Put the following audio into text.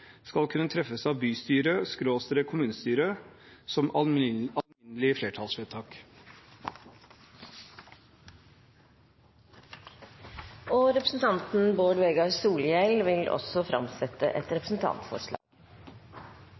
skal kunne treffes av bystyre/kommunestyret som alminnelig flertallsvedtak. Representanten Bård Vegar Solhjell vil framsette et representantforslag.